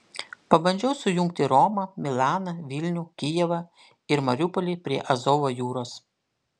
pabandžiau sujungti romą milaną vilnių kijevą ir mariupolį prie azovo jūros